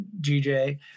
gj